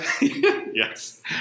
yes